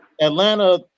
Atlanta